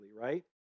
right